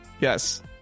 Yes